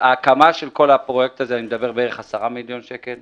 בהקמה של כל הפרויקט הזה מדובר על סדר גודל של כ-10 מיליון שקל.